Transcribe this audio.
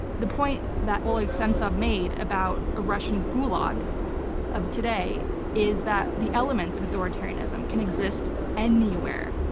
the point that oleg sentsov made about a russian gulag of today is that the elements of authoritarianism can exist anywhere.